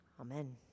Amen